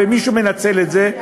ומי שמנצל את זה,